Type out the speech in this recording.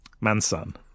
Manson